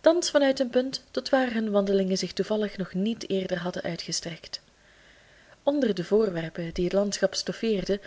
thans vanuit een punt tot waar hunne wandelingen zich toevallig nog niet eerder hadden uitgestrekt onder de voorwerpen die het landschap stoffeerden